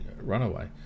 runaway